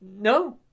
No